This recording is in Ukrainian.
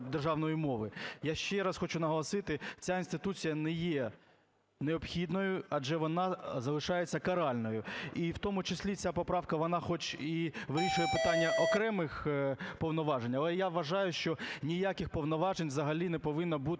державної мови. Я ще раз хочу наголосити, ця інституція не є необхідною, адже вона залишається каральною. І в тому числі ця поправка, вона хоч і вирішує питання окремих повноважень, але я вважаю, що ніяких повноважень взагалі не повинно бути